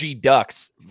Ducks